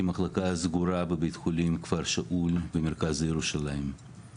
מחלקה סגורה בבית חולים כפר שאול במרכז ירושלים.